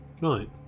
Right